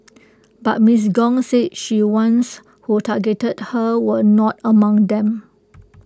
but miss Gong said she ones who targeted her were not among them